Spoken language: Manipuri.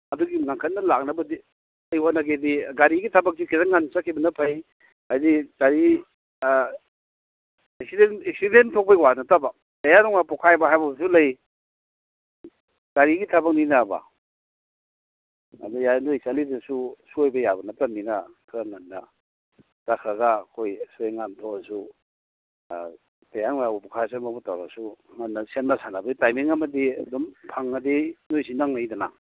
ꯑꯗꯨꯒꯤ ꯉꯟꯈꯠꯅ ꯂꯥꯛꯅꯕꯗꯤ ꯑꯩ ꯍꯣꯠꯅꯒꯦꯗꯤ ꯒꯥꯔꯤꯒꯤ ꯊꯕꯛꯁꯤꯗꯤ ꯈꯤꯇꯪ ꯉꯟ ꯆꯠꯈꯤꯕꯅ ꯐꯩ ꯍꯥꯏꯗꯤ ꯒꯥꯔꯤ ꯑꯦꯛꯁꯤꯗꯦꯟ ꯊꯣꯛꯄꯩ ꯋꯥ ꯅꯠꯇꯕ ꯇꯌꯔ ꯅꯨꯡꯂꯥꯡ ꯄꯣꯈꯥꯏꯕ ꯍꯥꯏꯕ ꯑꯃꯁꯨ ꯂꯩ ꯒꯥꯔꯤꯒꯤ ꯊꯕꯛꯅꯤꯅꯕ ꯑꯗꯨ ꯌꯥꯏ ꯅꯣꯏ ꯆꯠꯂꯤꯗꯨꯁꯨ ꯁꯣꯏꯕ ꯌꯥꯕ ꯅꯠꯇꯕꯅꯤꯅ ꯈꯔ ꯉꯟꯅ ꯆꯠꯈ꯭ꯔꯒ ꯑꯩꯈꯣꯏ ꯑꯁꯣꯏ ꯑꯉꯥꯝ ꯊꯣꯛꯑꯁꯨ ꯇꯌꯥꯔ ꯅꯨꯡꯂꯥꯡ ꯄꯣꯈꯥꯏꯔꯁꯨ ꯑꯃꯕꯨ ꯇꯧꯔꯁꯨ ꯉꯟꯅ ꯁꯦꯝꯅ ꯁꯥꯅꯕꯩ ꯇꯥꯏꯃꯤꯡ ꯑꯃꯗꯤ ꯑꯗꯨꯝ ꯐꯪꯉꯗꯤ ꯅꯣꯏꯁꯨ ꯅꯪꯅꯩꯗꯅ